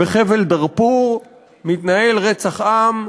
בחבל דארפור מתנהל רצח עם.